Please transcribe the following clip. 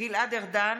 גלעד ארדן,